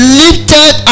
lifted